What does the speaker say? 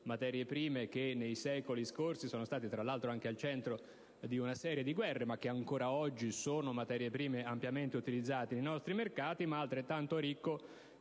materie prime, che nei secoli scorsi sono state tra l'altro anche al centro di una serie di guerre e che ancora oggi sono ampiamente utilizzate nei nostri mercati; altrettanto ricca